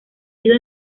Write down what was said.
sido